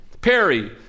Perry